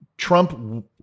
Trump